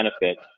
benefit